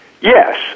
Yes